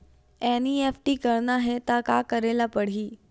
NEFT करना हे त का करे ल पड़हि?